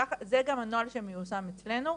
זה גם הנוהל שמיושם אצלנו,